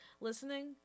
listening